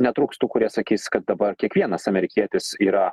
netrūks tų kurie sakys kad dabar kiekvienas amerikietis yra